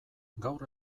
gaur